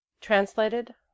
translated